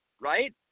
right